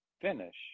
finish